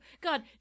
god